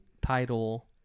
title